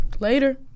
Later